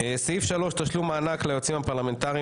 3. תשלום מענק ליועצים הפרלמנטריים